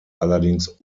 allerdings